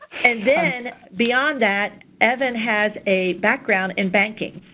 and then beyond that evan has a background in banking.